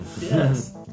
yes